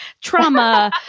trauma